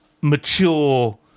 mature